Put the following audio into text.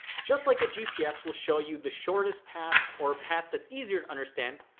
just like a gps will show you the shortest path or a path that's easier to understand,